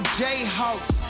jayhawks